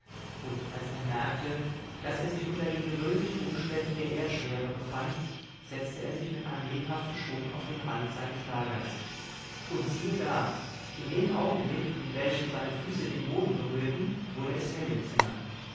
und als er merkte daß er sich unter den gewöhnlichen umständen der erdschwere befand setzte er sich mit einem lebhaften schwung auf den rand seines lagers und siehe da in dem augenblick in welchem seine füße den boden berührten wurde es hell im zimmer